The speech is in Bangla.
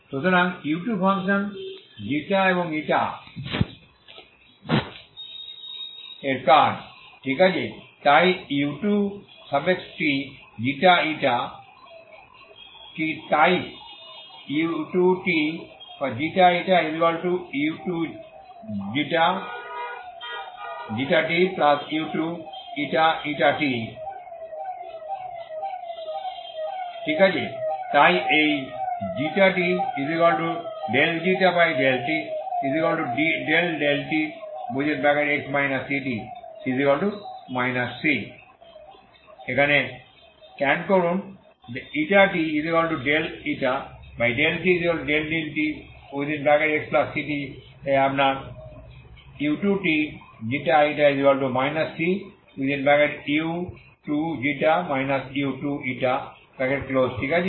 সুতরাং এখন u2 ফাঙ্কশন এবং এর কাজ ঠিক আছে তাই u2tξ কি তাই u2tξu2tu2t ঠিক আছে তাই এই t∂ξ∂t∂tx ct c এখানে ক্যান্ড করুন t∂t∂txct তাই আপনার u2tξ c ঠিক আছে